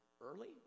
early